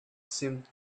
seemed